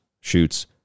shoots